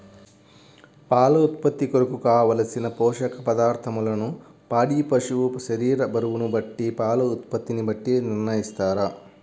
పాల ఉత్పత్తి కొరకు, కావలసిన పోషక పదార్ధములను పాడి పశువు శరీర బరువును బట్టి పాల ఉత్పత్తిని బట్టి నిర్ణయిస్తారా?